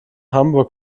hamburg